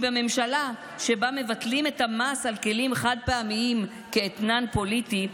כי בממשלה שבה מבטלים את המס על כלים חד-פעמיים כאתנן פוליטי,